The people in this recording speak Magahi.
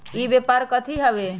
ई व्यापार कथी हव?